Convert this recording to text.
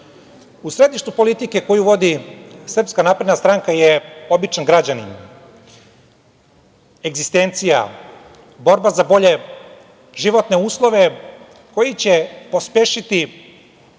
središtu politike koju vodi SNS je običan građanin, egzistencija, borba za bolje životne uslove koji će pospešiti